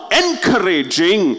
encouraging